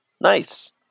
Nice